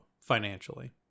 financially